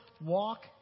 Walk